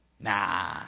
Nah